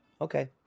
Okay